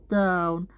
down